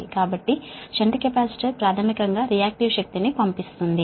కాబట్టి shunt capacitors ప్రాథమికం గా రియాక్టివ్ పవర్ ని పంపిస్తుంది